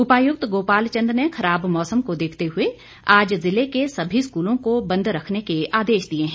उपायुक्त गोपाल चंद ने खराब मौसम को देखते हुए आज जिले के सभी स्कूलों को बंद रखने के आदेश दिए हैं